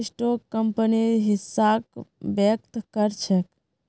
stock कंपनीर हिस्साक व्यक्त कर छेक